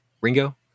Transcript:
Ringo